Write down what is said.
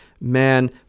man